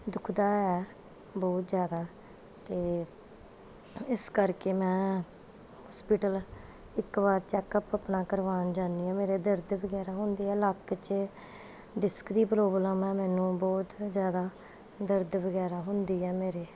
ਦੁਖਦਾ ਹੈ ਬਹੁਤ ਜ਼ਿਆਦਾ ਅਤੇ ਇਸ ਕਰਕੇ ਮੈਂ ਹੋਸਪਿਟਲ ਇੱਕ ਵਾਰ ਚੈੱਕਅਪ ਆਪਣਾ ਕਰਵਾਉਣ ਜਾਂਦੀ ਹਾਂ ਮੇਰੇ ਦਰਦ ਵਗੈਰਾ ਹੁੰਦੀ ਆ ਲੱਕ 'ਚ ਡਿਸਕ ਦੀ ਪ੍ਰੋਬਲਮ ਆ ਮੈਨੂੰ ਬਹੁਤ ਜ਼ਿਆਦਾ ਦਰਦ ਵਗੈਰਾ ਹੁੰਦੀ ਹੈ ਮੇਰੇ